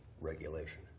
regulation